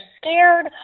scared